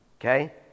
Okay